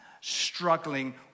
struggling